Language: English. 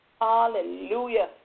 Hallelujah